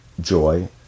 joy